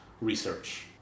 research